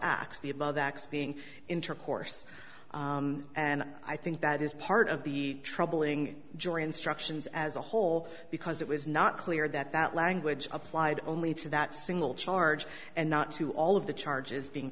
acts being intercourse and i think that is part of the troubling jury instructions as a whole because it was not clear that that language applied only to that single charge and not to all of the charges being